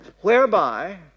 whereby